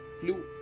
flew